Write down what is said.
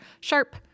sharp